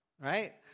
Right